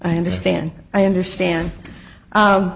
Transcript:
i understand i understand